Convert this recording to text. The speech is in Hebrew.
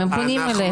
הם פונים אליך.